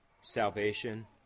salvation